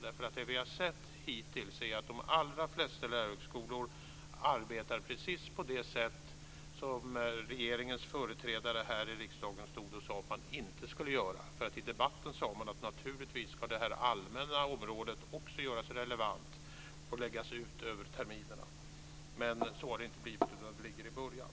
Hittills har vi nämligen sett att de allra flesta lärarhögskolor arbetar precis på det sätt som regeringens företrädare här i riksdagen stod och sade att de inte skulle göra. I debatten sade man att det här allmänna området naturligtvis skulle göras relevant och läggas ut över terminerna, men så har det inte blivit, utan det ligger i början.